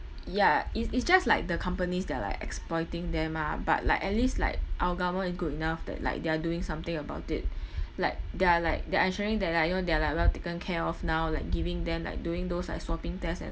ya it's it's just like the companies that are like exploiting them ah but like at least like our government is good enough that like they are doing something about it like they are like they are ensuring that like you know they are like well taken care of now like giving them like doing those like swabbing test and